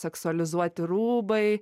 seksualizuoti rūbai